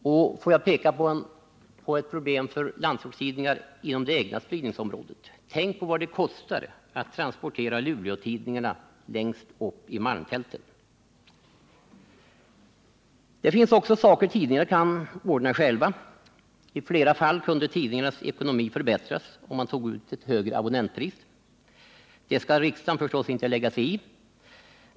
Låt mig också peka på ett problem för landsortstidningarna inom det egna spridningsområdet. Tänk på vad det kostar att transportera Luleåtidningarna längst upp till malmfälten! Det finns också saker som tidningarna kan ordna själva. I flera fall kunde tidningarnas ekonomi förbättras, om man tog ut ett högre abonnentpris. Det skall riksdagen förstås inte lägga sig i.